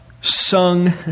sung